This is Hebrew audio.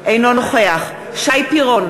אינו נוכח שי פירון,